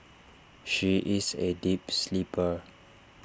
she is A deep sleeper